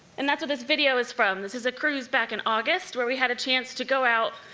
and that's what this video is from. this is a cruise back in august, where we had a chance to go out,